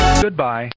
Goodbye